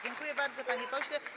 Dziękuję bardzo, panie pośle.